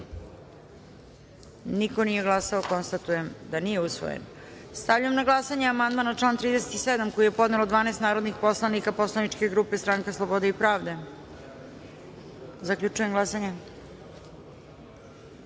niko nije glasao. Konstatujem da amandman nije prihvaćen. Stavljam na glasanje amandman na član 37. koji je podnelo 12 narodnih poslanika poslaničke grupe Stranka slobode i pravde. Zaključujem glasanje: